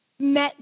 met